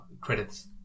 credits